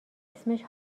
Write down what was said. اسمش